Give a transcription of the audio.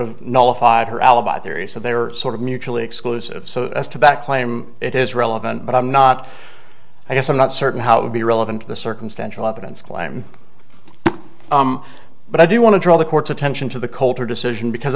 that they were sort of mutually exclusive so as to back claim it is relevant but i'm not i guess i'm not certain how it would be relevant to the circumstantial evidence claim but i do want to draw the court's attention to the coulter decision because